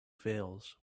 veils